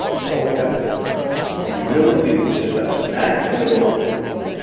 so all we have is within our pack, and we really see that we just have a snack and a book we wanna read,